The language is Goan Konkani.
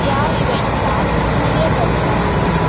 त्या इव्हेंटाक कितें घडटा